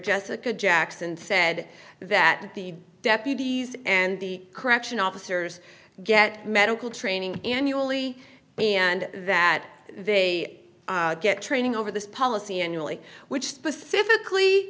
jessica jackson said that the deputies and the correction officers get medical training annually and that they get training over this policy annually which specifically